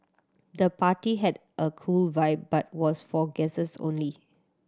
the party had a cool vibe but was for guests only